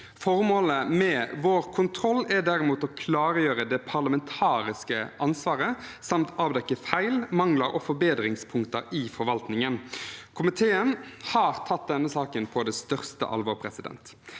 Formålet med kontrollen er derimot å klargjøre det parlamentariske ansvaret samt avdekke feil, mangler og forbedringspunkter i forvaltningen. Komiteen har tatt denne saken på det største alvor. Tilliten